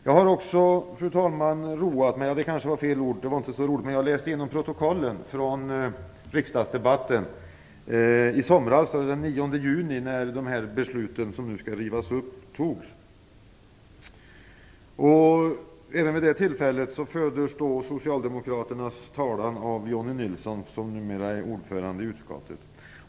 Jag har också, fru talman, läst igenom protokollen från debatten i somras den 9 juni när de beslut som nu skall rivas upp antogs. Även vid det tillfället fördes Socialdemokraternas talan av Johnny Ahlqvist, som numera är ordförande i utskottet.